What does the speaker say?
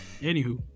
anywho